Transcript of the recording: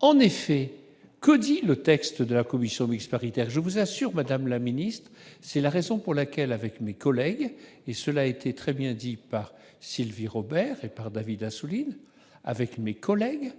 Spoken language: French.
en effet, que dit le texte de la commission mixte paritaire, je vous assure, Madame la Ministre, c'est la raison pour laquelle, avec mes collègues et cela a été très bien dit par Sylvie Robert par David Assouline avec mes collègues,